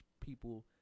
people—